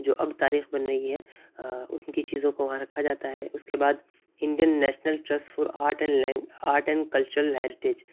جو اب تاریخ بن رہی ہے ان کی چیزوں کو وہاں رکھا جاتا ہے اس کے بعد Indian National Trust for Art and لینگ آرٹ اینڈ کلچرل ہیریٹیج